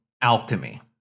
alchemy